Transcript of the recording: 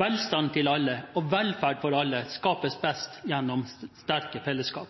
velstand til alle og velferd for alle skapes best gjennom et sterkt fellesskap.